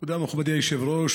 תודה, מכובדי היושב-ראש.